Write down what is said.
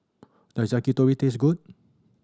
does Yakitori taste good